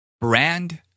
Brand